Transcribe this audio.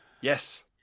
yes